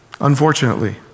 unfortunately